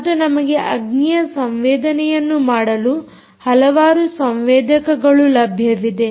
ಮತ್ತು ನಮಗೆ ಅಗ್ನಿಯ ಸಂವೇದನೆಯನ್ನು ಮಾಡಲು ಹಲವಾರು ಸಂವೇದಕಗಳು ಲಭ್ಯವಿದೆ